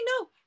no